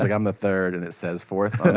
like i'm the third, and it says fourth but